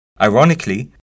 Ironically